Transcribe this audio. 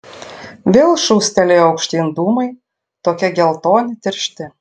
vėl šūstelėjo aukštyn dūmai tokie geltoni tiršti